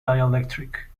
dielectric